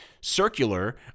circular